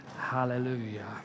Hallelujah